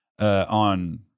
on